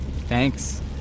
Thanks